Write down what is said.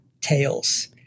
tales